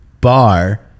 bar